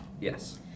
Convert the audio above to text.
yes